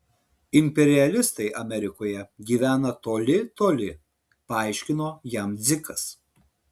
imperialistai amerikoje gyvena toli toli paaiškino jam dzikas